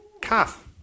Calf